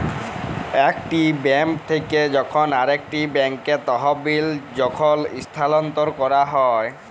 একটি বেঙ্ক থেক্যে যখন আরেকটি ব্যাঙ্কে তহবিল যখল স্থানান্তর ক্যরা হ্যয়